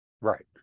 Right